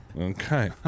Okay